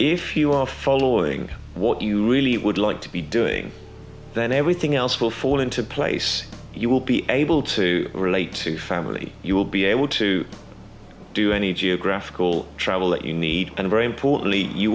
if you are following what you really would like to be doing then everything else will fall into place you will be able to relate to family you will be able to do any geographical travel that you need and very importantly you